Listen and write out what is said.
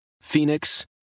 Phoenix